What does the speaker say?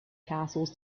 castles